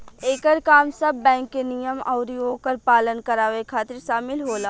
एकर काम सब बैंक के नियम अउरी ओकर पालन करावे खातिर शामिल होला